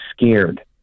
scared